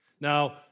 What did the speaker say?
Now